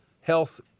health